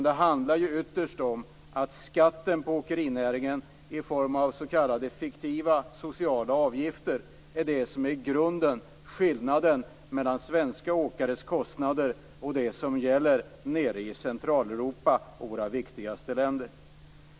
Det handlar ytterst om skatten på åkerinäringen i form av s.k. fiktiva sociala avgifter. Det är i grunden skillnaden mellan svenska åkares kostnader och det som gäller nere i Centraleuropa och i våra viktigaste länder.